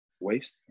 waste